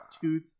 tooth